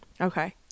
Okay